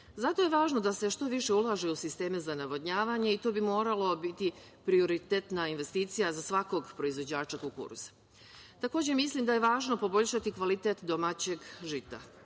je zato da se što više ulaže u sisteme za navodnjavanje i to bi moralo biti prioritetna investicija za svakog proizvođača kukuruza. Takođe, mislim da je važno poboljšati kvalitet domaćeg žita.